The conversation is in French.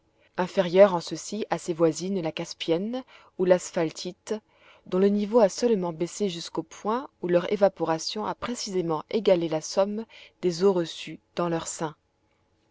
inférieur en ceci à ses voisines la caspienne ou l'asphaltite dont le niveau a seulement baissé jusqu'au point où leur évaporation a précisément égalé la somme des eaux reçues dans leur sein